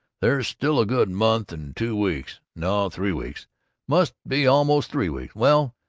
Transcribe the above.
there's still a good month and two weeks no, three weeks must be almost three weeks well,